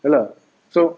ya lah so